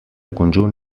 conjunt